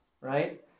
right